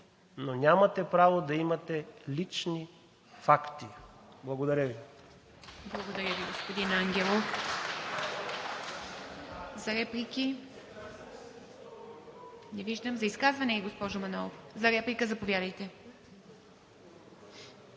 но нямате право да имате лични факти. Благодаря Ви.